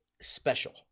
special